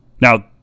Now